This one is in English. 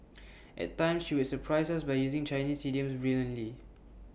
at times she would surprise us by using Chinese idioms brilliantly